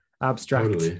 abstract